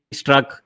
struck